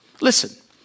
Listen